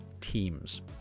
teams